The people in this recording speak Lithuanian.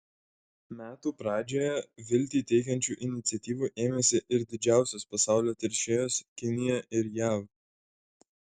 metų pradžioje viltį teikiančių iniciatyvų ėmėsi ir didžiausios pasaulio teršėjos kinija ir jav